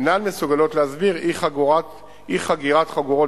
אינן מסוגלות להסביר אי-חגירת חגורות